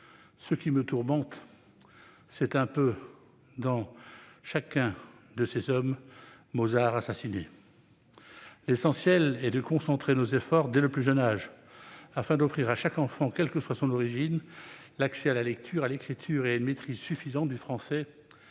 Ce qui me tourmente [...], c'est un peu, dans chacun de ces hommes, Mozart assassiné. » L'essentiel est de concentrer nos efforts dès le plus jeune âge, afin d'offrir à chaque enfant, quelle que soit son origine, l'accès à la lecture, à l'écriture et à une maîtrise suffisante du français.